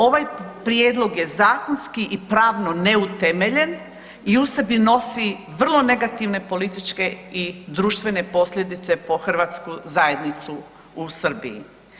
Ovaj prijedlog je zakonski i pravno neutemeljen i u sebi nosi vrlo negativne političke i društvene posljedice po hrvatsku zajednicu u Srbiji.